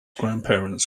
grandparents